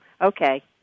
okay